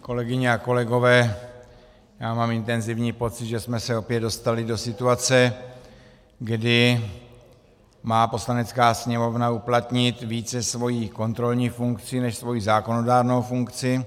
Kolegyně a kolegové, já mám intenzivní pocit, že jsme se opět dostali do situace, kdy má Poslanecká sněmovna uplatnit více svoji kontrolní funkci než svoji zákonodárnou funkci.